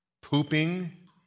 pooping